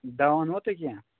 دوا اوٚنوَ تۄہہِ کیٚنٛہہ